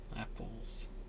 apples